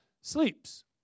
sleeps